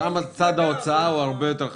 שם צד ההוצאה הרבה יותר חשוב.